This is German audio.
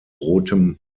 rotem